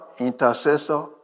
intercessor